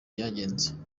ryagenze